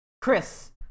Chris